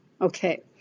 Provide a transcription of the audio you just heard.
Okay